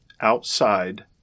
outside